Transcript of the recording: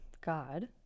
God